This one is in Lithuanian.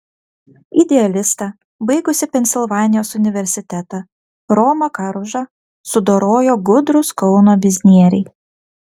idealistą baigusį pensilvanijos universitetą romą karužą sudorojo gudrūs kauno biznieriai